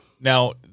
Now